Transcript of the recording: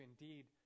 indeed